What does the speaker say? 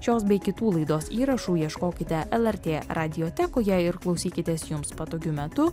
šios bei kitų laidos įrašų ieškokite lrt radijotekoje ir klausykitės jums patogiu metu